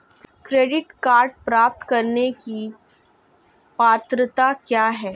Credit card प्राप्त करने की पात्रता क्या है?